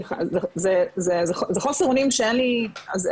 חוסר אונים באמת,